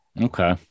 Okay